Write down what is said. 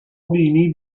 بینی